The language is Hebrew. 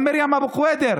גם מרים אבו קוידר